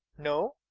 no.